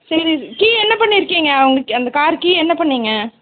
சரி கீ என்ன பண்ணி இருக்கீங்க அவங்களுக் அந்த கார் கீ என்ன பண்ணிங்க